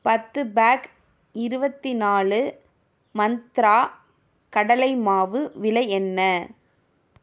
பத்து பேக் இருபத்தி நாலு மந்த்ரா கடலை மாவு விலை என்ன